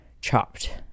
Chopped